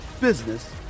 business